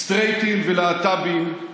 סטרייטים ולהט"בים,